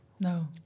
No